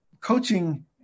coaching